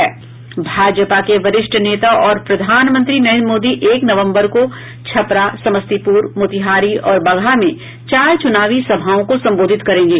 भाजपा के वरिष्ठ नेता और प्रधानमंत्री नरेन्द्र मोदी एक नवम्बर को छपरा समस्तीपुर मोतिहारी और बगहा में चार चुनावी सभाओं को संबोधित करेंगे